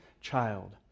child